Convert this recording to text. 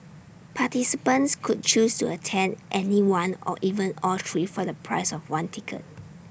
participants could choose to attend any one or even all three for the price of one ticket